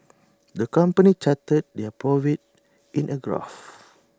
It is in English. the company charted their profits in A graph